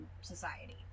society